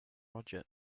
roger